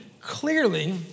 clearly